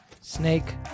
Snake